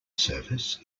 service